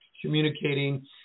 communicating